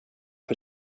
för